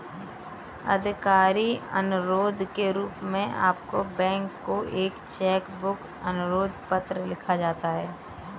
आधिकारिक अनुरोध के रूप में आपके बैंक को एक चेक बुक अनुरोध पत्र लिखा जाता है